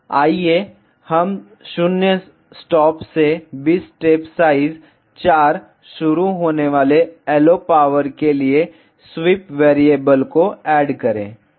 आइए हम 0 स्टॉप से 20 स्टेप साइज 4 शुरू होने वाले LO पावर के लिए स्वीप वैरिएबल को ऐड करें ओके